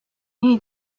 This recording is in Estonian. nii